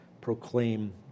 proclaim